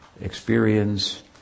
experience